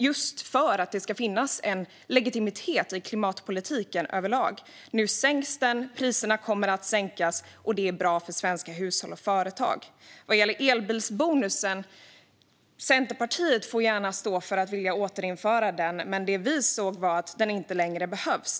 Det handlar om att det ska finnas en legitimitet i klimatpolitiken överlag. Nu sänks reduktionsplikten, och priserna kommer att sänkas. Det är bra för svenska hushåll och företag. Vad gäller elbilsbonusen får Centerpartiet gärna vilja återinföra den, men det vi såg var att den inte längre behövs.